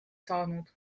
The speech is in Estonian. saanud